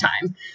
time